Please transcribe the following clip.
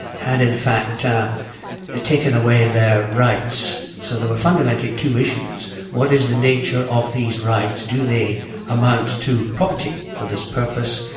had in fact taken away their rights. so there were fundamentally two issues what is the nature of these rights? do they amount to property for this purpose,